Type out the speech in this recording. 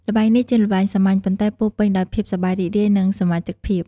ល្បែងនេះជាល្បែងសាមញ្ញ ប៉ុន្តែពោរពេញដោយភាពសប្បាយរីករាយ និងសមាជិកភាព។